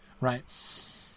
right